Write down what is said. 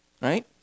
right